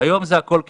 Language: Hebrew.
היום זה הכול כסף.